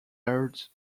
hurt